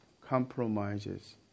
compromises